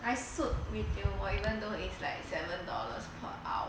I suit retail more even though it's like seven dollars per hour